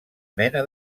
mena